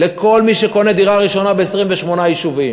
לכל מי שקונה דירה ראשונה ב-28 יישובים.